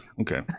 Okay